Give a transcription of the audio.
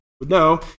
No